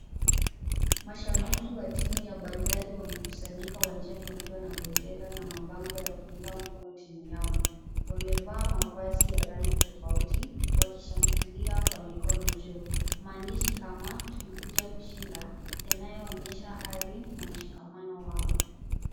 Mashabiki wa timu ya Bandari wamekusanyika uwanjani wakiwa na bendera na mabango ya kuunga mkono timu yao. Wamevaa mavazi ya rangi tofauti wakishangilia kwa mikono juu. Maandishi kama tulikuja kushinda yanayoonyesha ari na mshikamano wao.